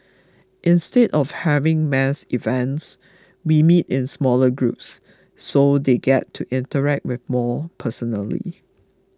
instead of having mass events we meet in smaller groups so they get to interact with more personally